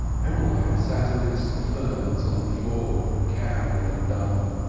emmeline sat amidst the ferns on the floor cowed and dumb,